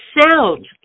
sound